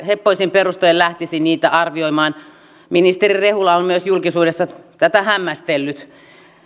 heppoisin perustein lähtisi niitä arviomaan myös ministeri rehula on julkisuudessa tätä hämmästellyt